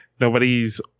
nobody's